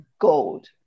gold